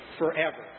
forever